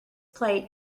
plate